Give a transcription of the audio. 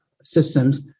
systems